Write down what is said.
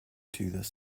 skunk